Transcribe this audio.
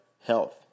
Health